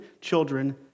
children